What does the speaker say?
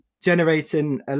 generating